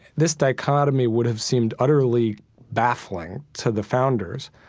this dichotomy would have seemed utterly baffling to the founders.